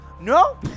No